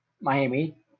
Miami